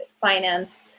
financed